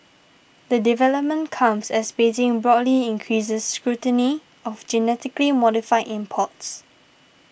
the development comes as Beijing broadly increases scrutiny of genetically modified imports